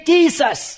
Jesus